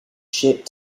shipped